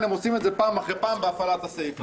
עושים את זה פעם אחרי פעם בהפעלת הסעיף הזה.